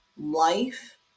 life